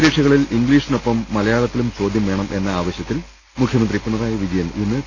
പരീക്ഷകളിൽ ഇംഗ്ലീഷിനൊപ്പം മലയാളത്തിലും ചോദ്യം വേണം എന്ന ആവശൃത്തിൽ മുഖൃമന്ത്രി പിണറായി വിജയൻ ഇന്ന് പി